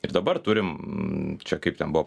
ir dabar turim čia kaip ten buvo